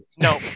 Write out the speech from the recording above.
No